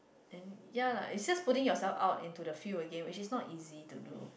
and ya lah is just putting yourself out into a field again which is not easy to do